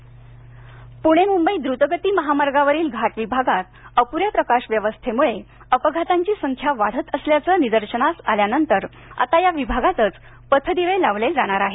पथदिवे पुणे मुंबई द्रतगती महामार्गावरील घाट विभागात अपुऱ्या प्रकाश व्यवस्थेमुळं अपघातांची संख्या वाढत असल्याचं निदर्शनास आल्यानंतर आता या विभागातच पथदिवे लावले जाणार आहेत